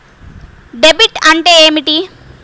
Debit అంటే ఏమిటి?